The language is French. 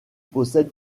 possède